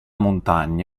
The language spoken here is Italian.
montagna